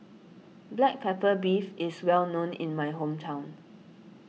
Black Pepper Beef is well known in my hometown